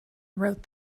wrote